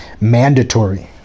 mandatory